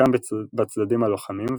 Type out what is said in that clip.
חלקם בצדדים הלוחמים,